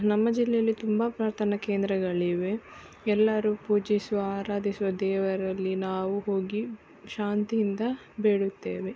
ನಮ್ಮ ಜಿಲ್ಲೆಯಲ್ಲಿ ತುಂಬಾ ಪ್ರಾರ್ಥನಾ ಕೇಂದ್ರಗಳಿವೆ ಎಲ್ಲರು ಪೂಜಿಸುವ ಆರಾಧಿಸುವ ದೇವರಲ್ಲಿ ನಾವು ಹೋಗಿ ಶಾಂತಿಯಿಂದ ಬೇಡುತ್ತೇವೆ